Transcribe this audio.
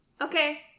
Okay